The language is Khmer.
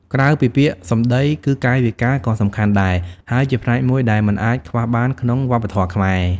ក្រៅពីពាក្យសម្ដី គឺកាយវិការ ក៏សំខាន់ដែរ ហើយជាផ្នែកមួយដែលមិនអាចខ្វះបានក្នុងវប្បធម៌ខ្មែរ។